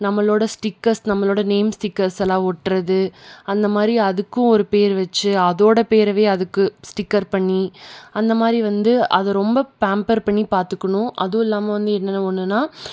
நம்மளோடய ஸ்டிக்கர்ஸ் நம்மளோடய நேம் ஸ்டிக்கர்ஸ்லாம் ஒட்டுறது அந்தமாதிரி அதுக்கும் ஒரு பேர் வச்சு அதோடய பேரயே அதுக்கு ஸ்டிக்கர் பண்ணி அந்தமாதிரி வந்து அதை ரொம்ப பேம்ப்பர் பண்ணி பார்த்துக்குணும் அதுவும் இல்லாமல் வந்து என்னென்ன ஒண்ணுன்னால்